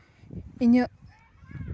ᱤᱧᱟᱹᱜ